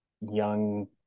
young